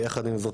יחד עם זאת,